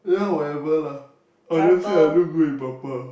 ya whatever lah honestly I look good in purple